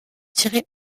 tirer